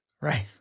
Right